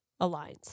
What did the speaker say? aligns